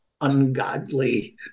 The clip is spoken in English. ungodly